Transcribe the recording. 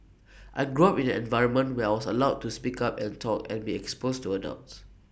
I grew up in an environment where I was allowed to speak up and talk and be exposed to adults